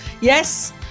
Yes